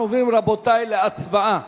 אנחנו עוברים, רבותי, להצבעה.